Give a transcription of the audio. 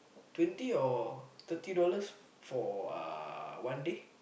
twenty or thirty dollars for uh one day